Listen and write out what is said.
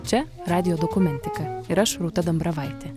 čia radijo dokumentika ir aš rūta dambravaitė